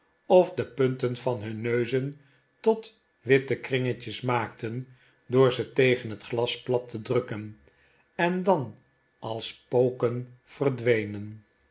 of de punten van hun neuzen tot witte kringetjes maakten door ze tegen het glas plat te drukken en dan als spoken verdwenen